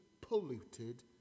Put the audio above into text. polluted